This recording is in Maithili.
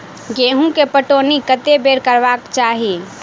गेंहूँ केँ पटौनी कत्ते बेर करबाक चाहि?